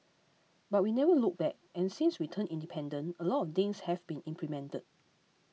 but we never looked back and since we turned independent a lot of things have been implemented